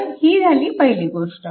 तर ही झाली पहिली गोष्ट